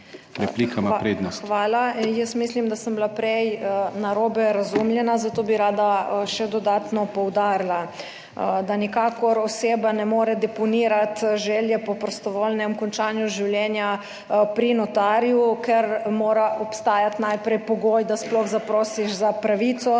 Hvala. Jaz mislim, da sem bila prej narobe razumljena, zato bi rada še dodatno poudarila, da nikakor oseba ne more deponirati želje po prostovoljnem končanju življenja pri notarju, ker mora najprej obstajati pogoj, da sploh zaprosiš za pravico,